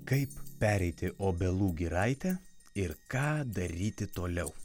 kaip pereiti obelų giraitę ir ką daryti toliau